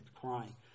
crying